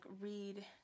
read